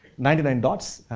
ninety nine dots,